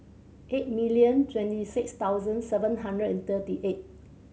eight million twenty six thousand seven hundred and thirty eight